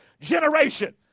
generation